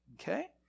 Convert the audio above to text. Okay